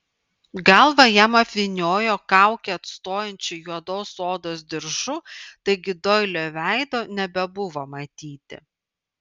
galvą jam apvyniojo kaukę atstojančiu juodos odos diržu taigi doilio veido nebebuvo matyti